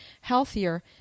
healthier